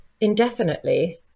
indefinitely